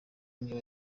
niba